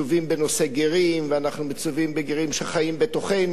בנושא גרים ואנחנו מצווים ביחס לגרים שחיים בתוכנו.